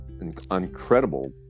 incredible